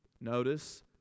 Notice